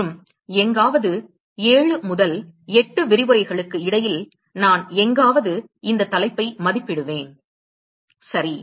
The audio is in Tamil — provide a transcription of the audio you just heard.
மற்றும் எங்காவது 7 முதல் 8 விரிவுரைகளுக்கு இடையில் நான் எங்காவது இந்த தலைப்பை மதிப்பிடுவேன் சரி